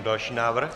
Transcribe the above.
Další návrh.